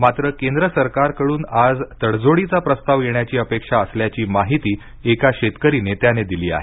मात्र केंद्र सरकारकडून आज तडजोडीचा प्रस्ताव येण्याची अपेक्षा असल्याची माहिती एका शेतकरी नेत्याने दिली आहे